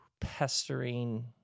pestering